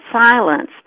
Silence